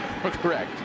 Correct